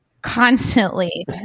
Constantly